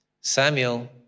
Samuel